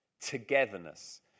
togetherness